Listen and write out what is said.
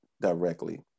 directly